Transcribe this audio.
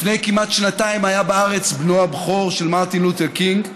לפני כמעט שנתיים היה בארץ בנו הבכור של מרטין לותר קינג,